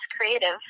creative